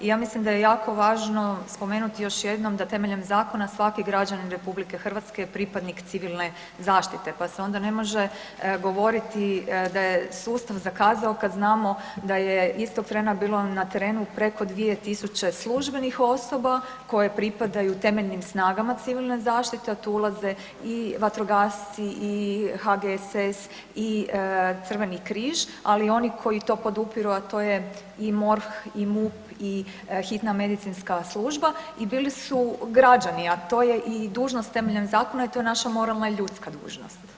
I ja mislim da je jako važno spomenuti još jednom da temeljem zakona svaki građanin RH je pripadnik civilne zaštite pa se onda ne može govoriti da je sustav zakazao kad znamo da je istog trena bilo na terenu preko 2000 službenih osoba koje pripadaju temeljnim snagama civilne zaštite, a tu ulaze i vatrogasci i HGSS i Crveni križ, ali i oni koji to podupiru, a to je i MORH i MUP i Hitna medicinska služba i bili su građani, a to je i dužnost temeljem zakona i to je naša moralna i ljudska dužnost.